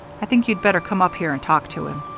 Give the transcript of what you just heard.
i think you'd better come up here and talk to him.